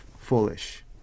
foolish